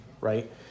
right